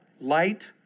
light